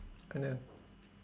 oh no